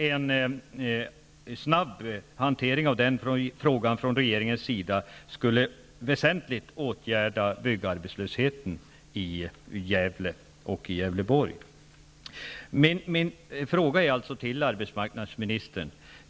En snabb hantering av frågan från regeringens sida skulle väsentligt åtgärda byggarbetslösheten i Gävle och Gävleborgs län.